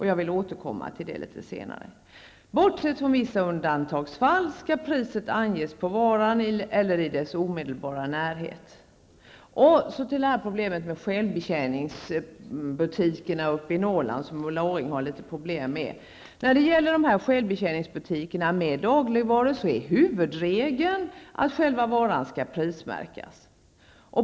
Jag skall återkomma till detta litet senare. Bortsett från vissa undantagsfall skall priset anges på varan eller i dess omedelbara närhet. För de självbetjäningsbutiker uppe i Norrland som Ulla Orring har litet problem med, som för alla självbetjäningsbutiker med dagligvaror, är huvudregeln att själva varan skall prismärkas.